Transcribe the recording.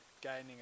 gaining